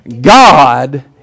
God